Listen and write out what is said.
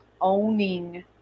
owning